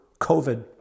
COVID